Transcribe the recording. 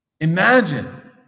Imagine